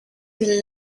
will